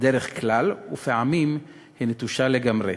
בדרך כלל, ופעמים היא נטושה לגמרי.